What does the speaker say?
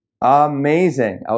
amazing